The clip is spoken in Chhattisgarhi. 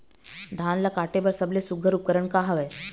धान ला काटे बर सबले सुघ्घर उपकरण का हवए?